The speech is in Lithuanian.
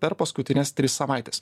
per paskutines tris savaites